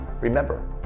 remember